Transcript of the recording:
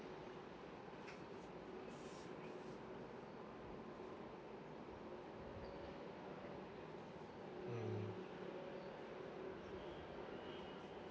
mm